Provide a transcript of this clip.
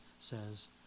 says